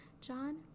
John